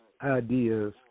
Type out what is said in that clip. ideas